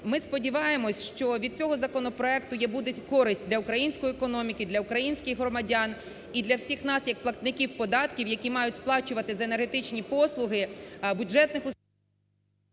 Ми сподіваємось, що від цього законопроекту буде користь для української економіки, для українських громадян і для всіх нас, як платників податків, які мають сплачувати за енергетичні послуги бюджетних…